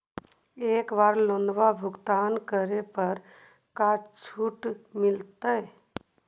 एक बार लोन भुगतान करे पर का छुट मिल तइ?